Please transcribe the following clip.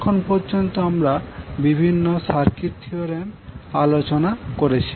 এখন পর্যন্ত আমরা বিভিন্ন সার্কিট থিওরেম আলোচনা করেছি